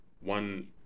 one